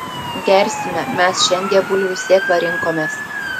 gersime mes šiandie bulvių sėklą rinkomės